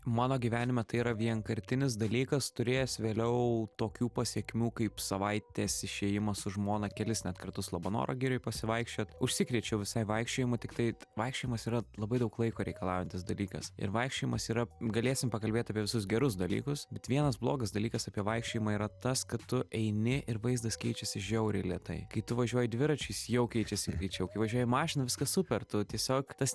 mano gyvenime tai yra vienkartinis dalykas turėjęs vėliau tokių pasekmių kaip savaitės išėjimas su žmona kelis kartus labanoro girioj pasivaikščiot užsikrėčiau visai vaikščiojimu tiktai vaikščiojimas yra labai daug laiko reikalaujantis dalykas ir vaikščiojimas yra galėsim pakalbėt apie visus gerus dalykus bet vienas blogas dalykas apie vaikščiojimą yra tas kad tu eini ir vaizdas keičiasi žiauriai lėtai kai tu važiuoji dviračiu jis jau keičiasi greičiau kai važiuoji mašina viskas super tu tiesiog tas